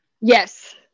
Yes